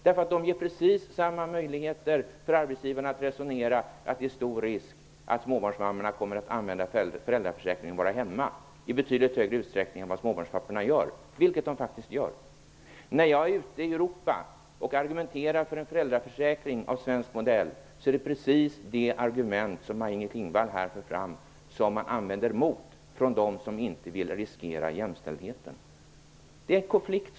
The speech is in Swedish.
Den ger precis samma möjligheter för arbetsgivarna att resonera så att det är stor risk för att småbarnsmammorna kommer att använda föräldraförsäkringen till att vara hemma i betydligt större utsträckning än vad småbarnspapporna gör -- vilket de faktiskt gör. När jag är ute i Europa och argumenterar för en föräldraförsäkring av svensk modell, är det precis de argument som Maj-Inger Klingvall här för fram som de som inte vill riskera jämställdheten använder mot föräldraförsäkringen.